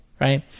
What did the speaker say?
right